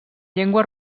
llengua